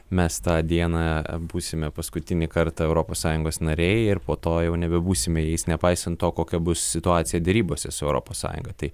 mes tą dieną būsime paskutinį kartą europos sąjungos nariai ir po to jau nebebūsime jais nepaisant to kokia bus situacija derybose su europos sąjunga tai